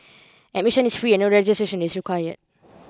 admission is free and no registration is required